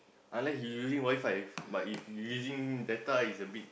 unless you using WiFi if but if you using data it's a bit